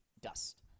dust